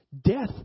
Death